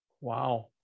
Wow